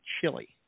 chili